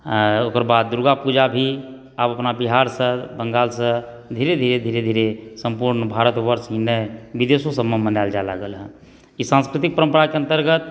ओकर बाद दुर्गापूजा भी आब अपना बिहारसँ बङ्गालसँ धीरे धीरे धीरे धीरे सम्पुर्ण भारतवर्षमे विदेशो सभमे मनायल जाय लागल हँ ई सांस्कृतिक परम्पराके अन्तर्गत